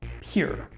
pure